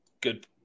good